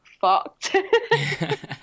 fucked